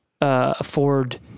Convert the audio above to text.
afford